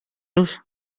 los